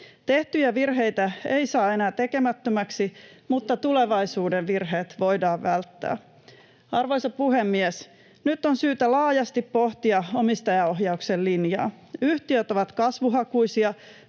Tehtyjä virheitä ei saa enää tekemättömäksi, mutta tulevaisuuden virheet voidaan välttää. Arvoisa puhemies! Nyt on syytä laajasti pohtia omistajaohjauksen linjaa. Yhtiöt ovat kasvuhakuisia,